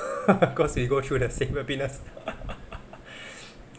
of course we go through the same happiness